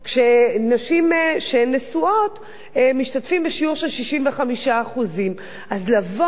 ונשים נשואות משתתפות בשיעור של 65%. אז לבוא ולפגוע,